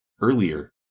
earlier